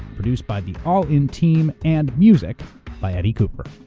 produced by the all in team and music by eddie cooper.